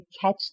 catch